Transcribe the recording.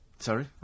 Sorry